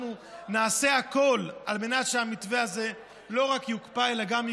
אנחנו נעשה הכול על מנת שהמתווה הזה לא רק יוקפא אלא גם ייקבר,